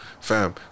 fam